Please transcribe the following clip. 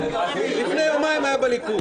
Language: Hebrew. לפני יומיים הוא היה בליכוד.